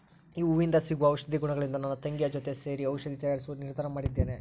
ಈ ಹೂವಿಂದ ಸಿಗುವ ಔಷಧಿ ಗುಣಗಳಿಂದ ನನ್ನ ತಂಗಿಯ ಜೊತೆ ಸೇರಿ ಔಷಧಿ ತಯಾರಿಸುವ ನಿರ್ಧಾರ ಮಾಡಿದ್ದೇನೆ